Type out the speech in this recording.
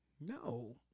No